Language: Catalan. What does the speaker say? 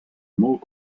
molt